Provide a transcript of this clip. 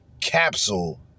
capsule